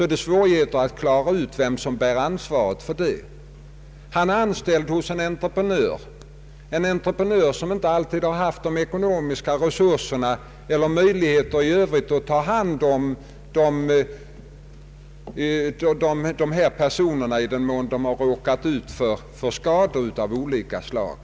Arbetaren är kanske anställd hos en entreprenör, som inte alltid har haft de ekonomiska resurserna eller möjligheter i övrigt att ta hand om sina arbetare om de råkar ut för skada av något slag.